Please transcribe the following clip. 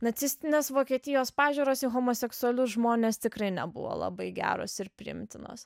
nacistinės vokietijos pažiūros į homoseksualius žmones tikrai nebuvo labai geros ir priimtinos